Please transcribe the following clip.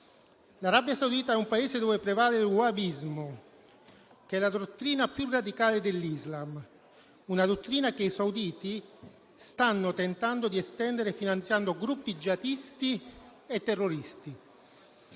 L'Arabia Saudita è un Paese in cui prevale il wahabismo, che è la dottrina più radicale dell'Islam; una dottrina che i sauditi stanno tentando di estendere finanziando gruppi jihadisti e terroristi.